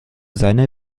seine